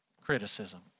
criticism